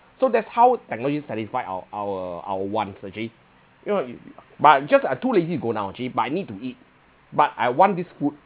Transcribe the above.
so that's how technology satisfy our our our want actually you know you but you just are too lazy to go down actually but I need to eat but I want this food